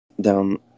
down